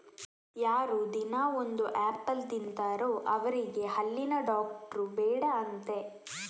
ಯಾರು ದಿನಾ ಒಂದು ಆಪಲ್ ತಿಂತಾರೋ ಅವ್ರಿಗೆ ಹಲ್ಲಿನ ಡಾಕ್ಟ್ರು ಬೇಡ ಅಂತೆ